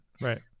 Right